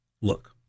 Look